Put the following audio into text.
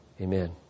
Amen